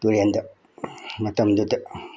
ꯇꯨꯔꯦꯟꯗ ꯃꯇꯝꯗꯨꯗ